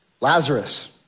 Lazarus